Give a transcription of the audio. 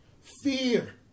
fear